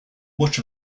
much